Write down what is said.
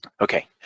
Okay